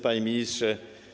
Panie Ministrze!